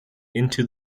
into